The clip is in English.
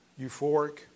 euphoric